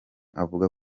avuga